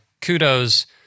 kudos